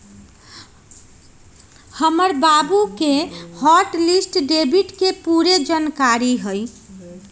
हमर बाबु के हॉट लिस्ट डेबिट के पूरे जनकारी हइ